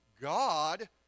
God